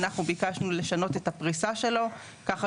אנחנו ביקשנו לשנות את הפריסה שלו ככה